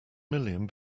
million